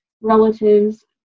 relatives